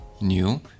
new